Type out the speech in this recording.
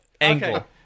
Angle